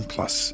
Plus